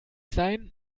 sein